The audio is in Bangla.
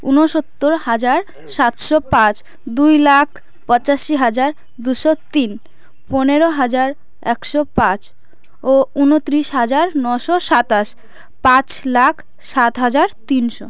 ঊনসত্তর হাজার সাতশো পাঁচ দুই লাখ পঁচাশি হাজার দুশো তিন পনেরো হাজার একশো পাঁচ ও ঊনত্রিশ হাজার নশো সাতাশ পাঁচ লাখ সাত হাজার তিনশো